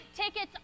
Tickets